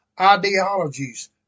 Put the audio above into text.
Ideologies